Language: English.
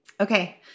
Okay